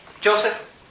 Joseph